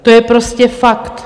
To je prostě fakt!